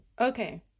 Okay